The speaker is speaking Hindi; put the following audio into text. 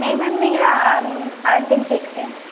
नहीं मैम मेरा आठ दिन फ़िक्स है